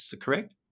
correct